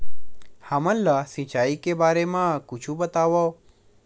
हमन ला सिंचाई के बारे मा कुछु बतावव?